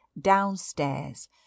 downstairs